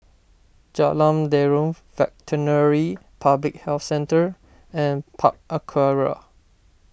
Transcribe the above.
Jalan Derum Veterinary Public Health Centre and Park Aquaria